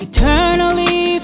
Eternally